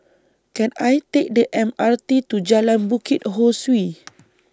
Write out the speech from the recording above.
Can I Take The M R T to Jalan Bukit Ho Swee